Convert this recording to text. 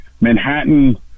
Manhattan